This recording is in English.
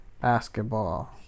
basketball